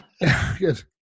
Yes